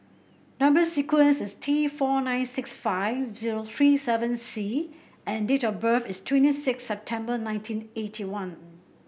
number sequence is T four nine six five zero three seven C and date of birth is twenty six September nineteen eighty one